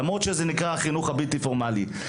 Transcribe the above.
למרות שזה נקרא החינוך הבלתי פורמלי.